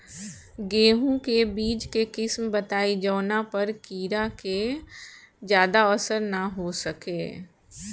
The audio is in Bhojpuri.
गेहूं के बीज के किस्म बताई जवना पर कीड़ा के ज्यादा असर न हो सके?